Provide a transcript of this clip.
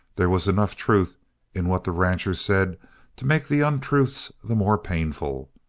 there was enough truth in what the rancher said to make the untruths the more painful.